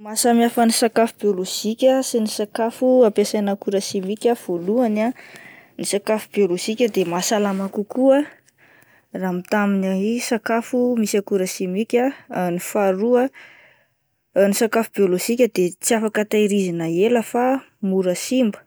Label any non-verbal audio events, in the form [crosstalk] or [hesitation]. Maha samy hafa ny sakafo biôlojika sy ny sakafo ampiasaina akora simika voalohany ah: ny sakafo biôlojika dia mahasalama kokoa raha mitaha amin'ny sakafo misy akora simika, [hesitation] ny faharoa ah ny sakafo biôlojika dia tsy afaka tehirizina ela fa mora simba